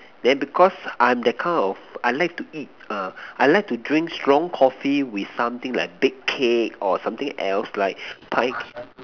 then because I'm that kind of I like to eat err I like to drink strong Coffee with something like bake cake or something else like pie